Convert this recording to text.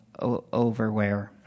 overwear